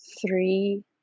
Three